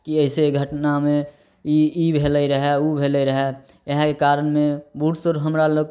कि ऐसे घटनामे ई ई भेलै रहय ओ भेलै रहै एहिके कारणमे बूढ़ सूढ़ हमरा लग